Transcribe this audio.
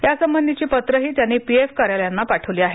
यासंबधीची पत्रेही त्यांनी पीएफकार्यालयांना पाठविली आहेत